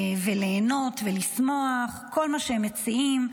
ליהנות ולשמוח, וכל מה שהם מציעים.